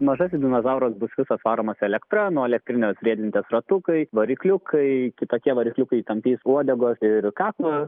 mažasis dinozauras bus visas varomas elektra nuo elektrinės riedlentės ratukai varikliukai kitokie varikliukai tampys uodegos ir kaklo